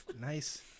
Nice